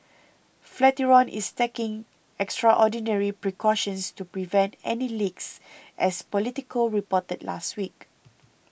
Flatiron is taking extraordinary precautions to prevent any leaks as Politico reported last week